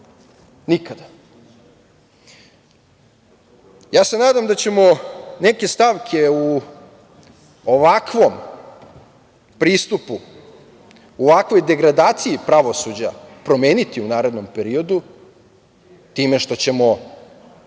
nikada. Nadam se da ćemo neke stavke u ovakvom pristupu, u ovakvoj degradaciji pravosuđa promeniti u narednom periodu, time što ćemo